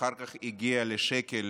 ואחר כך הגיעה לשקל